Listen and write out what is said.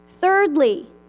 Thirdly